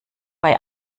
bei